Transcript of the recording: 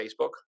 facebook